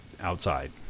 outside